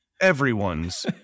everyone's